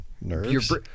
nerves